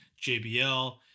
JBL